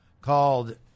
called